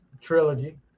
trilogy